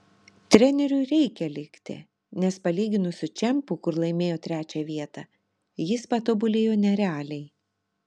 treneriui reikia likti nes palyginus su čempu kur laimėjo iii vietą jis patobulėjo nerealiai